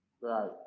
Right